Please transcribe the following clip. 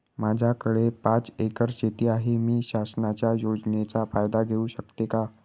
माझ्याकडे पाच एकर शेती आहे, मी शासनाच्या योजनेचा फायदा घेऊ शकते का?